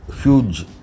huge